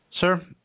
Sir